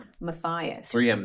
Matthias